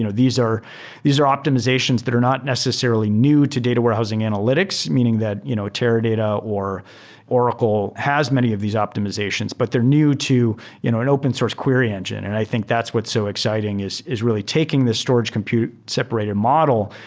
and these are optimizations that are not necessarily new to data warehousing analytics. meaning that you know teradata or oracle has many of these optimizations, but they're new to you know an open source query engine, and i think that's what's so exciting, is is really taking the storage computer separator model,